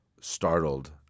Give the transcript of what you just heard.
startled